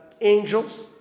angels